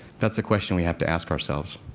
that's a question we have to ask ourselves.